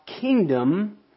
kingdom